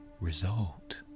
result